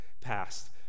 past